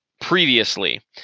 Previously